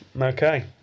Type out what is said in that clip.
Okay